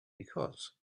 because